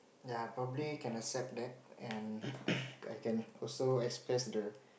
yea probably cannot set that and I I can also expressed